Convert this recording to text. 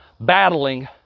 battling